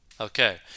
Okay